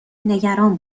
نگران